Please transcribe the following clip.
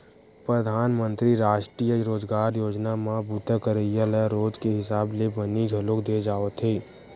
परधानमंतरी रास्टीय रोजगार योजना म बूता करइया ल रोज के हिसाब ले बनी घलोक दे जावथे